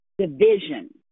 division